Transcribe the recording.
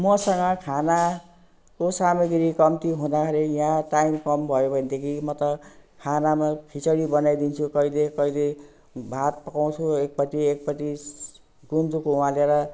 मसँग खानाको सामाग्री कम्ती हुँदाखेरि या टाइम कम भयो भनेदेखि म त खानामा खिचडी बनाइदिन्छु कहिेले कहिले भात पकाउँछु एकपट्टि एकपट्टि गुन्द्रुक उमालेर